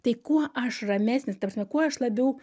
tai kuo aš ramesnis ta prasme kuo aš labiau